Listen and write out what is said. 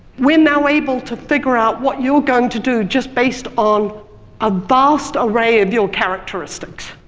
we're now able to figure out what you're going to do just based on a vast array of your characteristics,